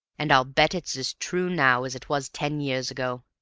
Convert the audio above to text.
and i'll bet it's as true now as it was ten years ago.